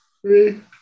Three